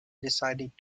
decided